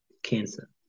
Cancer